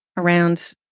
around,